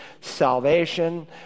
salvation